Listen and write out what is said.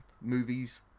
Movies